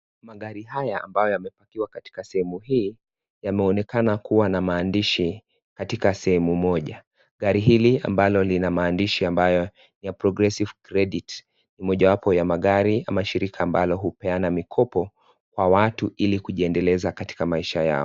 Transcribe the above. Magari haya ambayo yamepakiwa katika sehemu hii yanaonekana kuwa na maandishi katika sehemu moja, gari hili ambalo linamaandishi ambao ni ya (cs) progressive credit (cs) ni mojawapo ya magari ama shirika ambalo hupeana mikopo kwa watu ili kujiendeleza katika maisha yao.